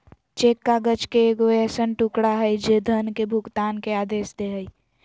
cheque काग़ज़ के एगो ऐसन टुकड़ा हइ जे धन के भुगतान के आदेश दे हइ